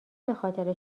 بخاطر